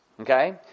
Okay